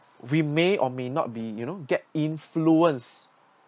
we may or may not be you know get influence